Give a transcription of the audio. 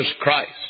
Christ